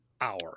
hour